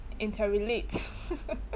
interrelate